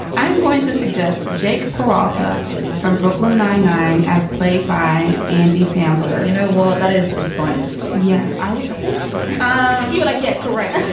i am going to suggest jake peralta from brooklyn nine-nine, as played by andy samberg. samberg. you know what? that is inspired. yeah, i think you um you would like. yeah correct.